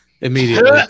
immediately